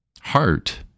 heart